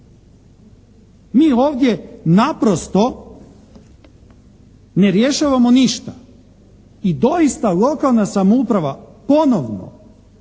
Mi ovdje naprosto ne rješavamo ništa i doista lokalna samouprava ponovno